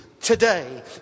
today